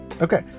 okay